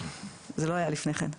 זה לא היה לפני כן.